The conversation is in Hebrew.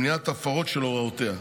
למניעת הפרות של הוראותיה.